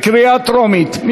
בקריאה טרומית.